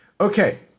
Okay